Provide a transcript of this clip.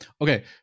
okay